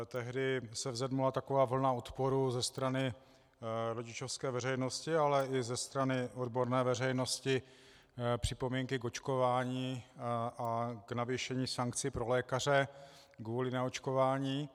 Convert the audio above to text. Tehdy se vzedmula taková vlna odporu ze strany rodičovské veřejnosti, ale i ze strany odborné veřejnosti připomínky k očkování a k navýšení sankcí pro lékaře kvůli neočkování.